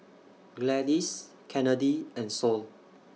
Gladis Kennedy and Sol